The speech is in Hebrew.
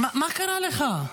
מה קרה לך?